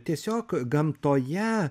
tiesiog gamtoje